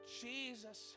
Jesus